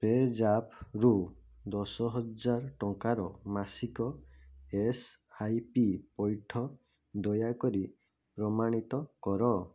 page ଆପରୁ ଦଶହଜାର ଟଙ୍କାର ମାସିକ ଏସ୍ ଆଇ ପି ପୈଇଠ ଦୟାକରି ପ୍ରମାଣିତ କର